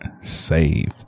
Save